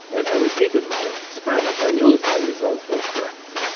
and i repeated my experiment, i knew that my results were correct.